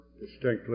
distinctly